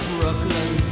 Brooklyn